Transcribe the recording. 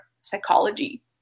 psychology